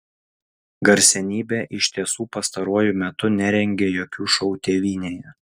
garsenybė iš tiesų pastaruoju metu nerengė jokių šou tėvynėje